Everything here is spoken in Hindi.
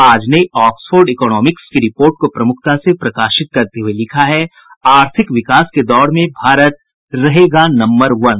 आज ने ऑक्सफोर्ड इकोनॉमिक्स की रिपोर्ट को प्रमुखता से प्रकाशित करते हुए लिखा है आर्थिक विकास की दौड़ में भारत रहेगा नम्बर वन